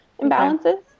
imbalances